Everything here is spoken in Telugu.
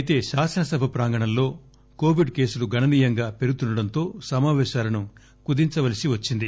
అయితే శాసనసభ ప్రాంగణంలో కోవిడ్ కేసులు గణనీయంగా పెరుగుతుండటంతో సమాపేశాలను కుదించవలసి వచ్చింది